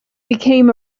became